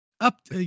Up